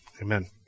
Amen